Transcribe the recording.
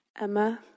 Emma